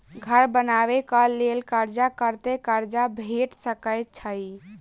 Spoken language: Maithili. घर बनबे कऽ लेल कर्जा कत्ते कर्जा भेट सकय छई?